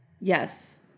yes